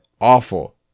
awful